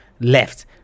left